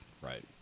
Right